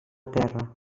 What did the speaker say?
terra